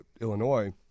illinois